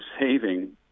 saving